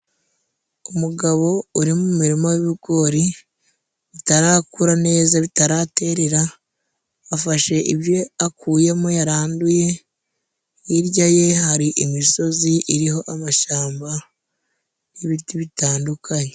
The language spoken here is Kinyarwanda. umugabo uri mu murima w'ibigori bitarakura neza bitaraterera, afashe ibyo akuyemo yaranduye. Hirya ye hari imisozi iriho amashyamba n'ibiti bitandukanye.